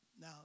Now